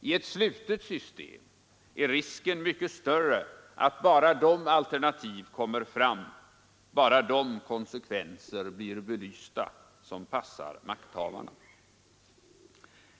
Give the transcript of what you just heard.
I ett slutet system är risken mycket större att bara de alternativ kommer fram, bara de konsekvenser blir belysta, som passar makthavarna.